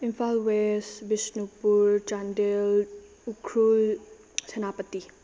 Imphal West Bishnupur Chandel Ukhrul Senapati